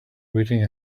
waiting